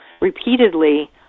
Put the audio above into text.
repeatedly